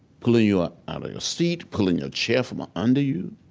pulling you out of your seat, pulling your chair from ah under you,